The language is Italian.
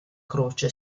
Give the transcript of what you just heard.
croce